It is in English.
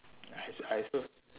I also I also